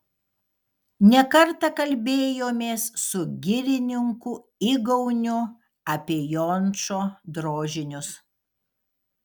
ne kartą kalbėjomės su girininku igauniu apie jončo drožinius